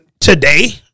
today